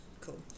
cool